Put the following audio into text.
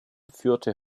führte